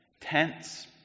tents